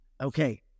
Okay